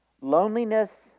loneliness